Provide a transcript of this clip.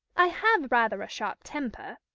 i have rather a sharp temper,